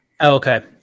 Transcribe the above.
Okay